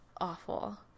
awful